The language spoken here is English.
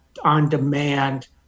on-demand